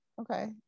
okay